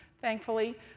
thankfully